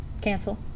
cancel